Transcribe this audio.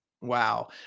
Wow